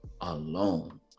alone